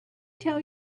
tell